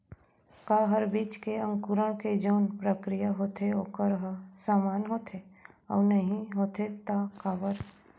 का हर बीज के अंकुरण के जोन प्रक्रिया होथे वोकर ह समान होथे, अऊ नहीं होथे ता काबर?